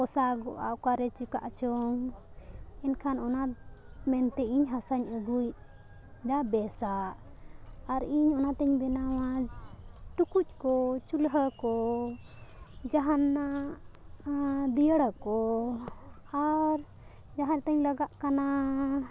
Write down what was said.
ᱯᱚᱥᱟᱜ ᱚᱠᱟᱨᱮ ᱪᱤᱠᱟᱜ ᱚᱪᱚᱝ ᱮᱱᱠᱷᱟᱱ ᱚᱱᱟ ᱢᱮᱱᱛᱮ ᱤᱧ ᱦᱟᱥᱟᱧ ᱟᱹᱜᱩᱭᱫᱟ ᱵᱮᱥᱟᱜ ᱟᱨ ᱤᱧ ᱚᱱᱟᱛᱤᱧ ᱵᱮᱱᱟᱣᱟ ᱴᱩᱠᱩᱡ ᱠᱚ ᱪᱩᱞᱦᱟᱹ ᱠᱚ ᱡᱟᱦᱟᱱᱟᱜ ᱫᱤᱭᱟᱹᱲᱟ ᱠᱚ ᱟᱨ ᱡᱟᱦᱟᱸ ᱛᱤᱧ ᱞᱟᱜᱟᱜ ᱠᱟᱱᱟ